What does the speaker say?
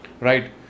right